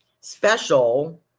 special